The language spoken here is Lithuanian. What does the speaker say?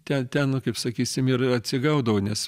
ten ten kaip sakysim ir atsigaudavau nes